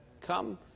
Come